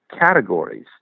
categories